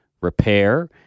repair